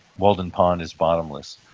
walden pond is bottomless.